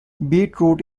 beetroot